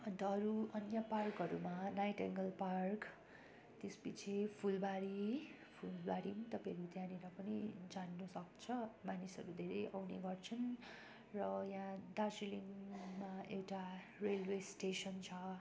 अन्त अरू अन्य पार्कहरूमा नाइटेङ्गल त्यस पछि फुलबारी फुलबारी पनि तपाईँको त्यहाँनेर पनि जानु सक्छ मानिसहरू धेरै आउने गर्छन् र यहाँ दार्जिलिङमा एउटा रेलवे स्टेसन छ